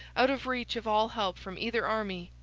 out of reach of all help from either army,